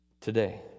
today